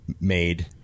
made